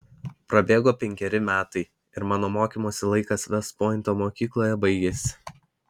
prabėgo penkeri metai ir mano mokymosi laikas vest pointo mokykloje baigėsi